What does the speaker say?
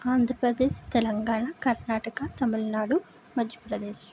Andhra Pradesh Telangana Karnataka Tamil Nadu Madhya Pradesh